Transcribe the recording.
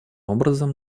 образом